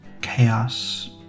Chaos